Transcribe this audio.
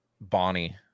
bonnie